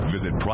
Visit